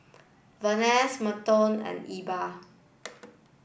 Venus Merton and Elba